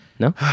No